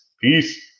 Peace